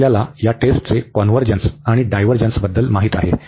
तर आम्हाला या टेस्टचे कॉन्व्हर्जन्स आणि डायव्हर्जन्सबद्दल माहित आहे